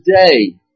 today